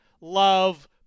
love